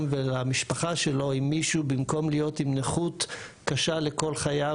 ולמשפחה שלו אם מישהו במקום להיות עם נכות קשה לכל חייו,